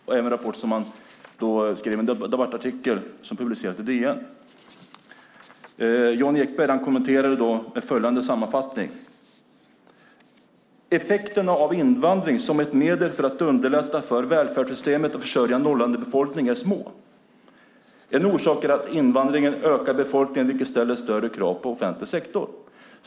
Om den rapporten skrevs det en debattartikel som publicerades i DN. Jan Ekberg kommenterade den med följande sammanfattning: Effekterna av invandring som ett medel för att underlätta för välfärdssystemet och försörja en åldrande befolkning är små. En orsak är att invandringen ökar befolkningen, vilket ställer större krav på offentlig sektor.